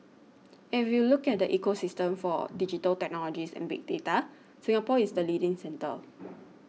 and if you look at the ecosystem for digital technologies and big data Singapore is the leading centre